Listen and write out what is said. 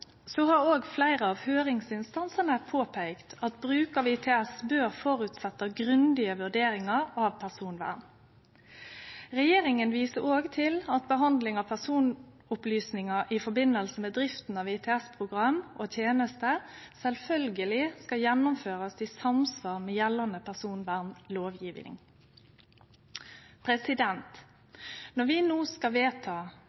har òg fleire av høyringsinstansane påpeikt at bruk av ITS bør byggje på grundige vurderingar av personvern. Regjeringa viser òg til at behandling av personopplysningar i forbindelse med drifta av ITS-program og -tenester sjølvsagt skal gjennomførast i samsvar med gjeldande